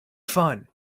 fun